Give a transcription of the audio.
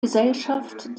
gesellschaft